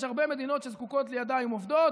יש הרבה מדינות שזקוקות לידיים עובדות,